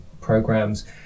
programs